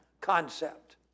concept